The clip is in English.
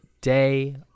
day